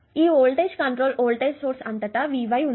ఈ voltage control voltage source అంతటా Vy ఉంది